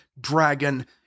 dragon